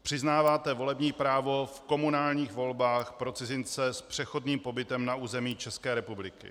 Přiznáváte volební právo v komunálních volbách pro cizince s přechodným pobytem na území České republiky.